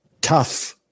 tough